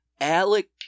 Alec